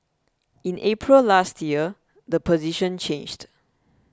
in April last year the position changed